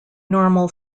normal